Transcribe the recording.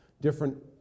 different